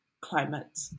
climate